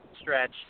stretch